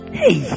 hey